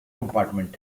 compartment